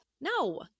No